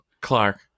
Clark